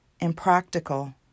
impractical